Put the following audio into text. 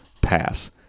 Pass